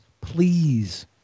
please